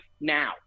now